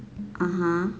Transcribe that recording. (uh huh)